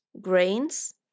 grains